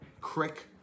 Crick